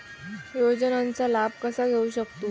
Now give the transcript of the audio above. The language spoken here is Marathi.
योजनांचा लाभ कसा घेऊ शकतू?